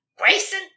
Grayson